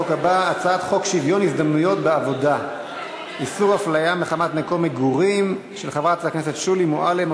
בעד 34, אין מתנגדים, שני נמנעים.